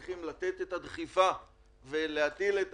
כי בסופו של דבר אנחנו צריכים לתת את הדחיפה ולהטיל את